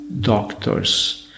doctors